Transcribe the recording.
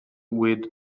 with